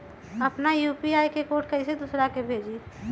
अपना यू.पी.आई के कोड कईसे दूसरा के भेजी?